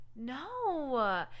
No